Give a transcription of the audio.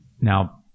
now